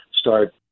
start